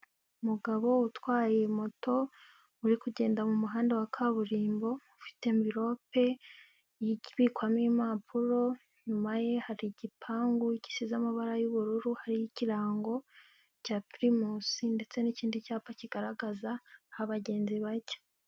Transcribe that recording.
Umugabo utwaye moto uri kugenda mu muhanda wa kaburimbo ufite mvirope ibikwamo impapuro, inyuma ye hari igipangu gisize amabara y'ubururu hariho ikirango cya Pirimusi ndetse n'ikindi cyapa kigaragaza aho abagenzi bajya.